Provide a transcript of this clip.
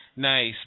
Nice